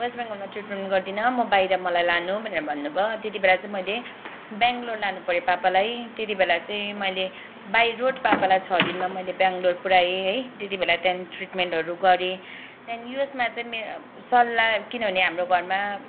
West बेङ्गलमा treatment गर्दिन म बाहिर मलाई लानु भनेर भन्नुभयो त्यति बेला चाहिँ मैले बेङ्गलोर लानुपर्यो पापालाई त्यति बेला चाहिँ मैले बाइरोड पापालाई छ दिनमा मैले बेङ्गलोर पुर्याएँ है त्यति बेला त्यहाँदेखि ट्रिटमेन्टहरू गरेँ त्यहाँदेखि यसमा चाहिँ म्या सल्लाह किनभने हाम्रो घरमा